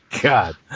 God